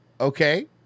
Okay